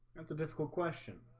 that's a difficult question.